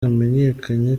hamenyekanye